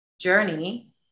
journey